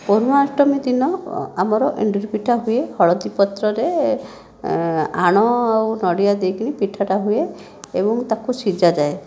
ପୋଢ଼ୁଆଁ ଅଷ୍ଟମୀ ଦିନ ଆମର ଏଣ୍ଡୁରି ପିଠା ହୁଏ ହଳଦୀ ପତ୍ରରେ ଆଣ ଆଉ ନଡ଼ିଆ ଦେଇକି ପିଠାଟା ହୁଏ ଏବଂ ତାକୁ ସିଝାଯାଏ